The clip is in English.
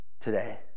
today